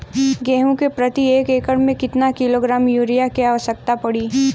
गेहूँ के प्रति एक एकड़ में कितना किलोग्राम युरिया क आवश्यकता पड़ी?